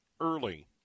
early